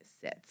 sits